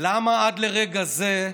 למה עד לרגע זה,